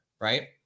Right